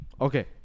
okay